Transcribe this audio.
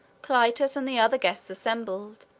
clitus and the other guests assembled.